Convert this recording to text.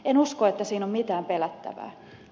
en usko että siinä on mitään pelättävää